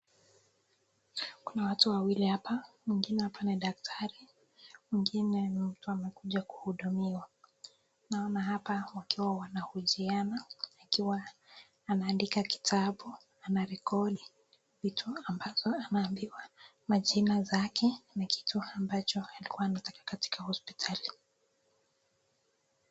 Kuna watu wawili hapa. Mwingine hapa ni daktari, mwingine ni mtu amekuja kuhudumiwa. Naona hapa wakiwa wanahojiana akiwa anaandika kitabu. Anarekodi vitu ambazo anaambiwa. Majina zake ni kitu ambacho alikuwa anataka katika hospitali.